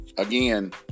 again